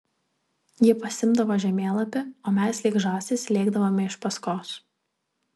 ji pasiimdavo žemėlapį o mes lyg žąsys lėkdavome iš paskos